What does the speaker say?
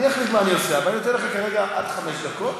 אם בתוך חמש דקות